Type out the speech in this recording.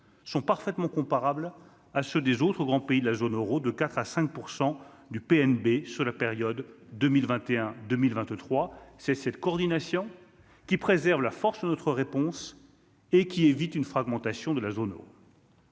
sont parfaitement comparables à ceux des autres grands pays de la zone Euro de 4 à 5 % du PNB sur la période 2021 2023, c'est cette coordination qui préserve la force notre réponse et qui évite une fragmentation de la zone où.